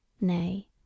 Nay